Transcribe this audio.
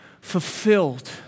fulfilled